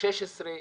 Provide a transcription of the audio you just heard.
16,